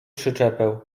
przyczepę